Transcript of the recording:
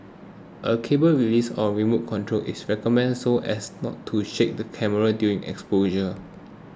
a cable release or remote control is recommended so as not to shake the camera during exposure